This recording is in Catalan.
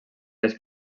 les